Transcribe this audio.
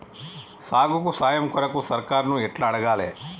సాగుకు సాయం కొరకు సర్కారుని ఎట్ల అడగాలే?